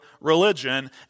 religion